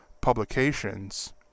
publications